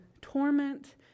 torment